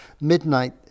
midnight